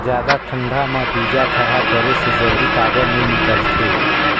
जादा ठंडा म बीजा थरहा करे से जल्दी काबर नी निकलथे?